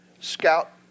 Scout